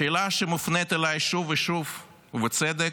השאלה שמופנית אליי שוב ושוב, ובצדק: